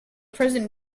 present